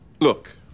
Look